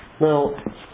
Now